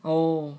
orh